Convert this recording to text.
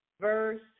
Verse